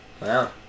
Wow